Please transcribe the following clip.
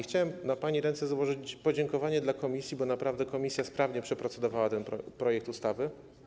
Chciałem na pani ręce złożyć podziękowanie dla komisji, bo naprawdę komisja sprawnie przeprocedowała ten projekt ustawy.